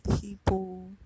people